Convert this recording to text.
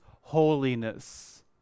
holiness